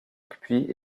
puis